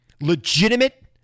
legitimate